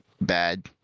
bad